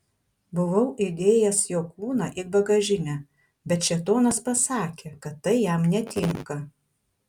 buvau įdėjęs jo kūną į bagažinę bet šėtonas pasakė kad tai jam netinka